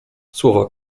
słowa